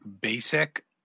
basic